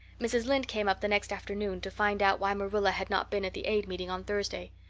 mrs. lynde came up the next afternoon to find out why marilla had not been at the aid meeting on thursday.